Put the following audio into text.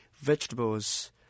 vegetables